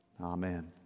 Amen